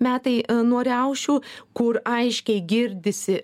metai nuo riaušių kur aiškiai girdisi